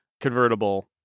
convertible